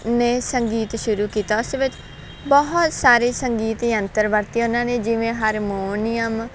ਨੇ ਸੰਗੀਤ ਸ਼ੁਰੂ ਕੀਤਾ ਉਸ ਵਿੱਚ ਬਹੁਤ ਸਾਰੇ ਸੰਗੀਤ ਯੰਤਰ ਵਰਤੇ ਉਹਨਾਂ ਨੇ ਜਿਵੇਂ ਹਰਮੋਨੀਅਮ